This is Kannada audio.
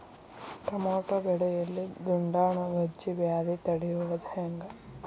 ಟಮಾಟೋ ಬೆಳೆಯಲ್ಲಿ ದುಂಡಾಣು ಗಜ್ಗಿ ವ್ಯಾಧಿ ತಡಿಯೊದ ಹೆಂಗ್?